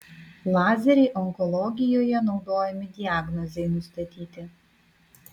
lazeriai onkologijoje naudojami diagnozei nustatyti